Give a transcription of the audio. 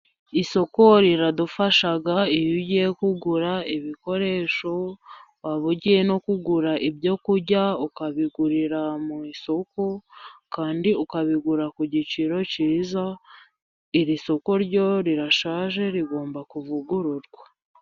Isoko riradufasha, iyo ugiye kugura ibikoresho, waba ugiye no kugura ibyo kurya ukabigurira mu isoko, kandi ukabigura ku giciro cyiza. Iri soko ryo rirashaje rigomba kuvugururwa.